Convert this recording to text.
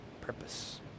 purpose